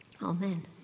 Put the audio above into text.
amen